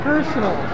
Personal